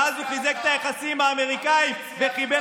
ואז הוא חיזק את היחסים אם האמריקאים וחיבר